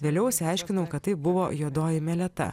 vėliau išsiaiškinau kad tai buvo juodoji meleta